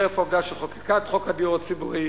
חרף העובדה שהיא חוקקה את חוק הדיור הציבורי,